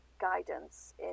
guidance